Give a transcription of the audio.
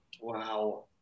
Wow